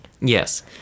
Yes